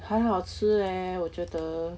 很好吃 leh 我觉得